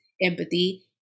empathy